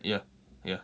yeah yeah